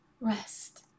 rest